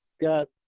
got